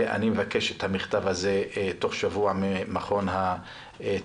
ואני מבקש את המכתב הזה תוך שבוע ממכון התקנים.